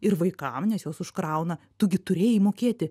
ir vaikam nes juos užkrauna tu gi turėjai mokėti